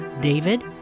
David